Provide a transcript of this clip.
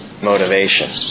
Motivation